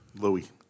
Louis